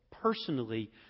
personally